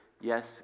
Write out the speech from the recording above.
Yes